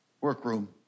workroom